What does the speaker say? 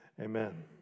amen